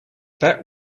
that